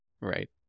right